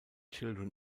children